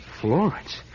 Florence